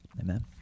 Amen